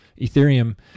Ethereum